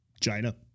China